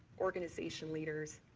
organization leaders,